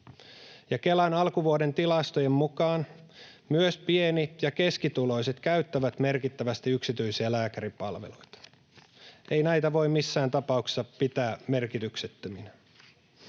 Kelan alkuvuoden tilastojen mukaan myös pieni- ja keskituloiset käyttävät merkittävästi yksityisiä lääkäripalveluita. Ei näitä voi missään tapauksessa pitää merkityksettöminä.